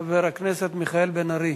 חבר הכנסת מיכאל בן-ארי,